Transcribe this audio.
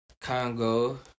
Congo